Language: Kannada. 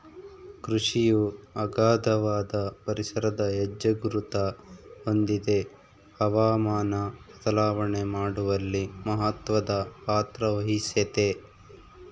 ಕೃಷಿಯು ಅಗಾಧವಾದ ಪರಿಸರದ ಹೆಜ್ಜೆಗುರುತ ಹೊಂದಿದೆ ಹವಾಮಾನ ಬದಲಾವಣೆ ಮಾಡುವಲ್ಲಿ ಮಹತ್ವದ ಪಾತ್ರವಹಿಸೆತೆ